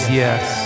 yes